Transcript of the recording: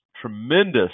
tremendous